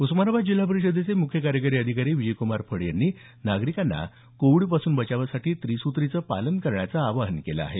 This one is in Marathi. उस्मानाबाद जिल्हा परिषदेचे मुख्य कार्यकारी अधिकारी विजय्कुमार फड यांनी नागरिकांना कोविडपासून बचावासाठी त्रिसुत्रींचं पालन करण्याचं आवाहन केलं आहे